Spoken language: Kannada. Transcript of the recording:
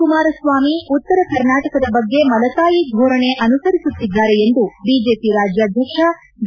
ಕುಮಾರಸ್ವಾಮಿ ಉತ್ತರ ಕರ್ನಾಟಕದ ಬಗ್ಗೆ ಮಲತಾಯಿ ಧೋರಣೆ ಅನುಸರಿಸುತ್ತಿದ್ದಾರೆ ಎಂದು ಬಿಜೆಪಿ ರಾಜ್ಯಾಧ್ಯಕ್ಷ ಬಿ